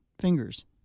fingers